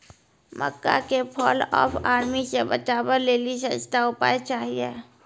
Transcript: मक्का के fall of army से बचाबै लेली सस्ता उपाय चाहिए?